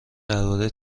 درباره